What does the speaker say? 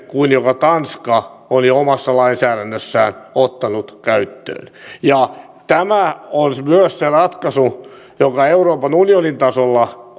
kuin minkä tanska on jo omassa lainsäädännössään ottanut käyttöön tämä on myös se ratkaisu joka euroopan unionin tasolla